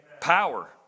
Power